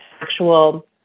actual